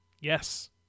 Yes